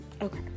Okay